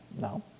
No